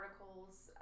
articles –